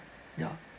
ya